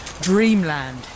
dreamland